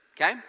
Okay